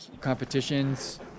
competitions